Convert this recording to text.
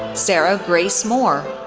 sarah grace moore,